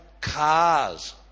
cars